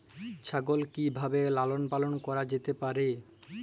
ছাগল কি ভাবে লালন পালন করা যেতে পারে?